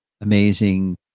amazing